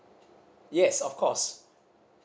yes of course